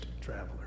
traveler